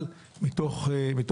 טוב, אז לענייננו.